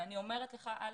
ואני אומרת לך אלכס,